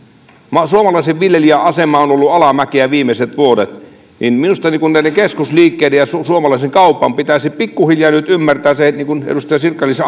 kun suomalaisen viljelijän asema on ollut alamäkeä viimeiset vuodet niin minusta näiden keskusliikkeiden ja suomalaisen kaupan pitäisi pikku hiljaa nyt ymmärtää se niin kuin edustaja sirkka liisa